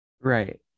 Right